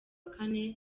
kane